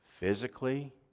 Physically